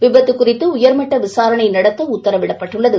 விபத்து குறித்து உயர்மட்ட விசாரணை நடத்த உத்தரவிடப்பட்டுள்ளது